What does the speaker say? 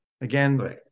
Again